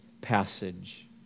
passage